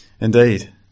indeed